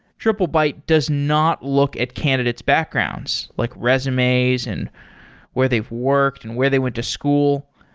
triplebyte does not look at candidate's backgrounds, like resumes and where they've worked and where they went to school.